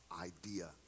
idea